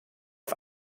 auf